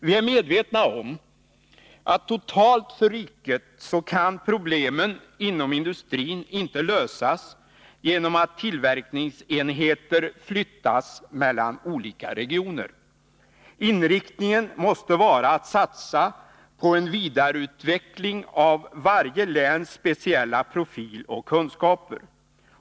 Vi är medvetna om att problemen inom industrin för riket totalt inte kan lösas genom att tillverkningsenheter flyttas mellan olika regioner. Inriktningen måste vara att man satsar på en vidareutveckling av varje läns speciella profil och kunskaper.